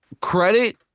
credit